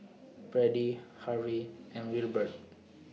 Brady Harve and Wilbert